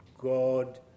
God